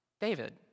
David